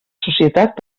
societat